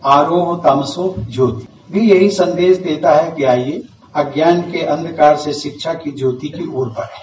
आरोग्य तमशों ज्योति भी यही संदेश देता है कि आइये अज्ञान के अंधकार से शिक्षा की ज्योति की ओर बढ़े